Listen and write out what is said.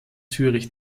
zürich